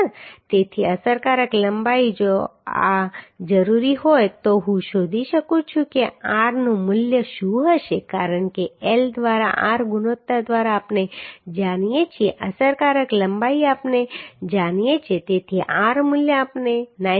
તેથી અસરકારક લંબાઈ જો આ જરૂરી હોય તો હું શોધી શકું છું કે r નું મૂલ્ય શું હશે કારણ કે L દ્વારા r ગુણોત્તર દ્વારા આપણે જાણીએ છીએ અસરકારક લંબાઈ આપણે જાણીએ છીએ તેથી r મૂલ્ય આપણે 9